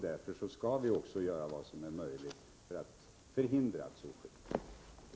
Därför skall vi också göra vad som är möjligt för att förhindra att så sker.